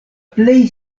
plej